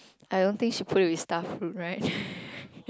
I don't think she play with staff right